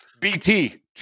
BT